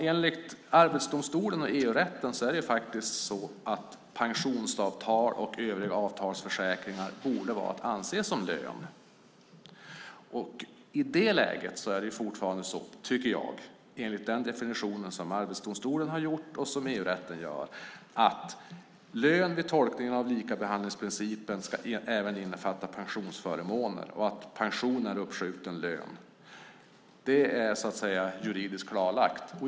Enligt Arbetsdomstolen och EU-rätten borde faktiskt pensionsavtal och övriga avtalsförsäkringar anses som lön. Enligt den definition som Arbetsdomstolen och EU-rätten gör ska lön, vid tolkning av likabehandlingsprincipen, även innefatta pensionsförmåner, och pensioner är uppskjuten lön. Det är juridiskt klarlagt.